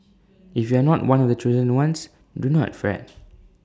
if you are not one of the chosen ones do not fret